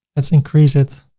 let's increase it.